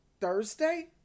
Thursday